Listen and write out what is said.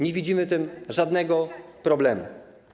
Nie widzimy w tym żadnego problemu.